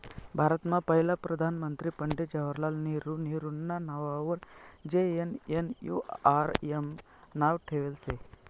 भारतमा पहिला प्रधानमंत्री पंडित जवाहरलाल नेहरू नेहरूना नाववर जे.एन.एन.यू.आर.एम नाव ठेयेल शे